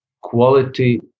quality